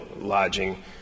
lodging